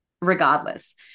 regardless